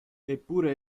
eppure